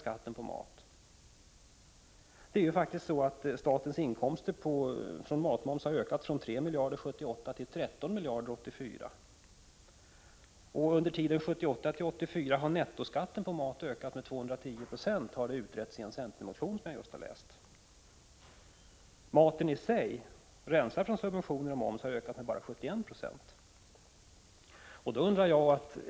Statens inkomster av moms på mat har ökat från 3 miljarder kronor 1978 till ca 13 miljarder 1984. Under tiden 1978 till 1984 har nettoskatten på mat ökat med 210 90. Detta har utretts i en centermotion, som jag just har läst. Matpriserna i sig, rensade från moms, har ökat med bara 71 96.